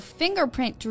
fingerprint